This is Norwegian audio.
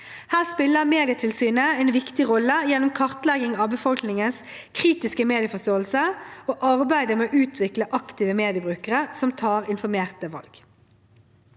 Her spiller Medietilsynet en viktig rolle gjennom kartlegging av befolkningens kritiske medieforståelse og arbeidet med å utvikle aktive mediebrukere som tar informerte valg.